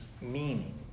meaning